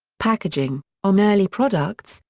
packaging on early products,